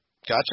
Gotcha